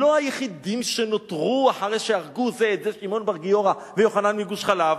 לא היחידים שנותרו אחרי שהרגו זה את זה שמעון בר גיורא ויוחנן מגוש-חלב,